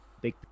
big